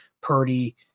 Purdy